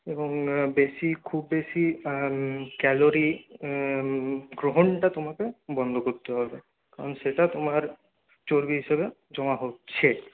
এবং বেশি খুব বেশি ক্যালোরি গ্রহণটা তোমাকে বন্ধ করতে হবে কারণ সেটা তোমার চর্বি হিসাবে জমা হচ্ছে